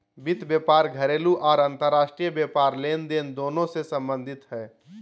वित्त व्यापार घरेलू आर अंतर्राष्ट्रीय व्यापार लेनदेन दोनों से संबंधित हइ